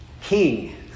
king